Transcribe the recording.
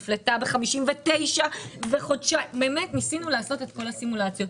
האם היא נפלטה בגיל 59. באמת ניסינו לעשות את כל הסימולציות.